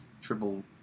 triple